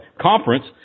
conference